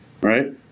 right